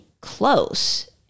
close